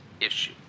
issue